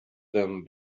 them